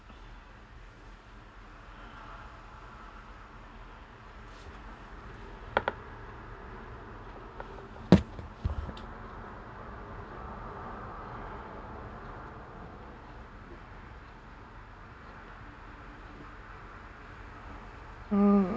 mm